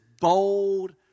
bold